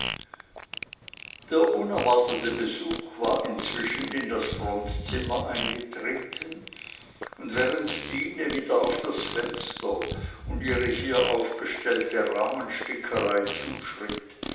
der unerwartete besuch war inzwischen in das frontzimmer eingetreten und während stine wieder auf das fenster und ihre hier aufgestellte rahmenstickerei zuschritt